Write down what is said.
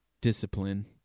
discipline